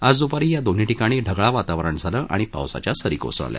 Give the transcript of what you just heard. आज दुपारी या दोन्ही ठिकाणी ढगाळ वातावरण झालं आणि पावसाच्या सरी कोसळल्या